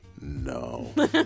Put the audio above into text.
No